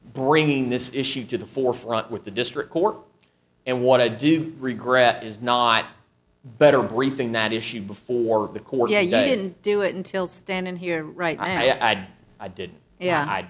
bringing this issue to the forefront with the district court and what i do regret is not better briefing that issue before the court yeah i didn't do it until stand in here right i add i did yeah i